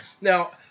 Now